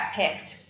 picked